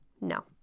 no